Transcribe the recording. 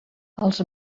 els